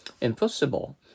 Impossible